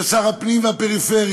של שר הפנים והפריפריה,